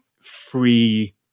free